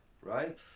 right